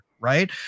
Right